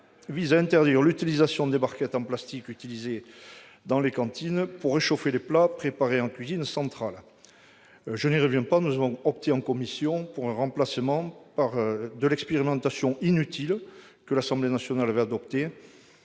vise à interdire l'utilisation des barquettes en plastique dans les cantines pour réchauffer les plats préparés en cuisine centrale. Je n'y reviens pas. Je rappelle que nous avons préféré remplacer l'expérimentation inutile que l'Assemblée nationale avait adoptée